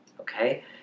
okay